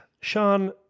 Sean